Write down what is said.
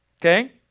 Okay